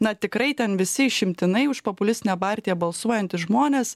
na tikrai ten visi išimtinai už populistinę partiją balsuojantys žmonės